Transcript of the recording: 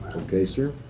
okay, sir.